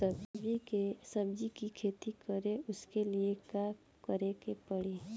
सब्जी की खेती करें उसके लिए का करिके पड़ी?